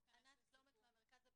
ענת קלומק מהמרכז הבינתחומי,